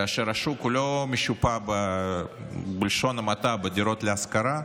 כאשר השוק לא משופע, בלשון המעטה, בדירות להשכרה.